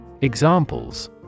Examples